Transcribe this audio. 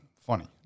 funny